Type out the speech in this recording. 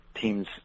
teams